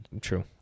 True